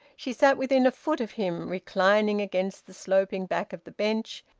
she sat within a foot of him, reclining against the sloping back of the bench,